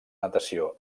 natació